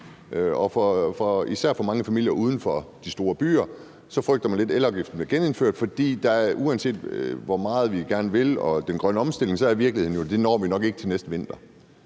især mange familier uden for de store byer frygter lidt, at elafgiften bliver genindført. For uanset hvor meget vi gerne vil den grønne omstilling, er virkeligheden, at det når vi nok ikke til næste vinter.